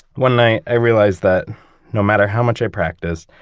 one night, i realized that no matter how much i practice,